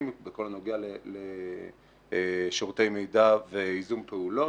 בכל הנוגע לשירותי מידע וייזום פעולות.